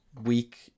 week